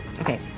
Okay